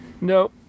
No